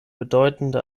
bedeutende